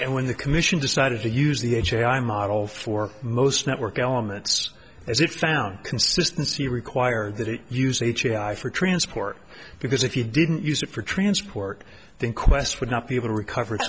s when the commission decided to use the ha i model for most network elements as it found consistency require that it uses h e i for transport because if you didn't use it for transport then quest would not be able to recover